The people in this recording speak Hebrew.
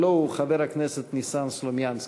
הלוא הוא חבר הכנסת ניסן סלומינסקי.